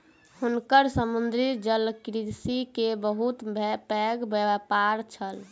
हुनकर समुद्री जलकृषि के बहुत पैघ व्यापार छल